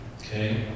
Okay